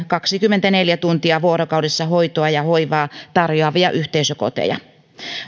kaksikymmentäneljä tuntia vuorokaudessa hoitoa ja hoivaa tarjoavia yhteisökoteja